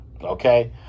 okay